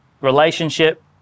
relationship